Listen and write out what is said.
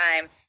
time